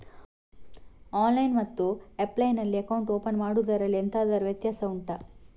online ಮತ್ತು offline ನಲ್ಲಿ account open ಮಾಡುವುದರಲ್ಲಿ ಎಂತಾದರು ವ್ಯತ್ಯಾಸ ಉಂಟಾ